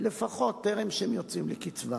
לפחות טרם שהם יוצאים לקצבה,